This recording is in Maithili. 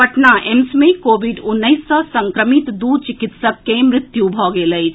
पटना एम्स मे कोविड उन्नैस सँ संक्रमित दू चिकित्सक के मृत्यु भऽ गेल अछि